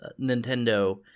nintendo